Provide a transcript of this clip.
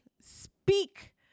speak